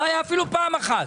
לא הייתה אפילו פעם אחת.